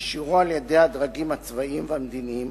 אישורו על-ידי הדרגים הצבאיים והמדיניים